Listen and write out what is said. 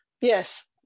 Yes